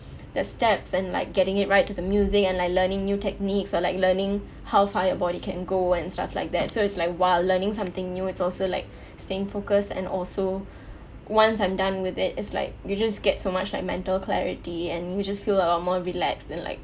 the steps and like getting it right to the music and like learning new techniques or like learning how far your body can go and stuff like that so it's like while learning something new it's also like staying focused and also once I'm done with it it's like you just get so much like mental clarity and you just feel a lot more relaxed then like